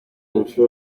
nshuro